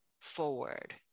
forward